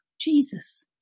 Jesus